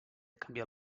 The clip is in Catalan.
canviar